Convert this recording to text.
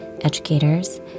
educators